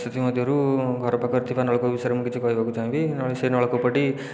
ସେଥିମଧ୍ୟରୁ ଘର ପାଖରେ ଥିବା ନଳକୂପ ବିଷୟରେ ମୁଁ କିଛି କହିବାକୁ ଚାହିଁବି ସେହି ନଳକୂପ ଟି